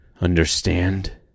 Understand